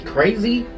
Crazy